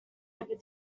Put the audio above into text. ever